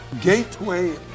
Gateway